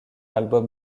album